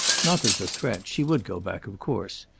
not at the threat she would go back, of course.